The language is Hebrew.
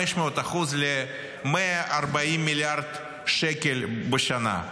ל-140 מיליארד שקלים בשנה.